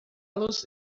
los